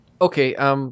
Okay